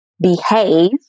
behave